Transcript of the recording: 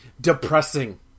depressing